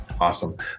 Awesome